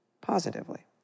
positively